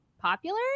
popular